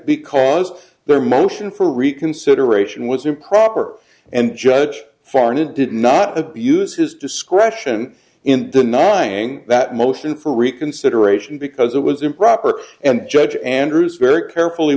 because their motion for reconsideration was improper and judge foreign it did not abuse his discretion in denying that motion for reconsideration because it was improper and judge andrews very carefully